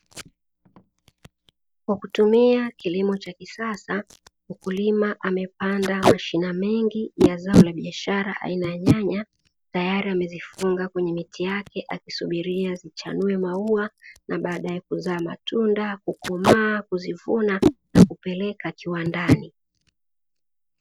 Kwa kutumia kilimo cha kisasa mkulima amepanda mashina mengi ya zao la biashara aina ya nyanya tayari amezifunga kwenye miti yake akisubiria zichanue maua na baadae kuzaa matunda, kukomaa, kuzivuna na kupeleka kiwandani.